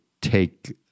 take